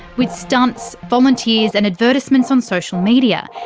with stunts, volunteers and advertisements on social media.